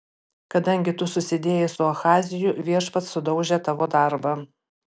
kadangi tu susidėjai su ahaziju viešpats sudaužė tavo darbą